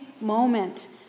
moment